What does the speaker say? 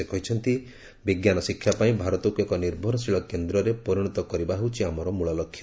ସେ କହିଛନ୍ତି ବିଜ୍ଞାନ ଶିକ୍ଷାପାଇଁ ଭାରତକୁ ଏକ ନିର୍ଭରଶୀଳ କେନ୍ଦ୍ରରେ ପରିଣତ କରିବା ହେଉଛି ଆମର ମୂଳ ଲକ୍ଷ୍ୟ